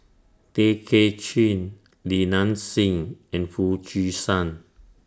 Tay Kay Chin Li Nanxing and Foo Chee San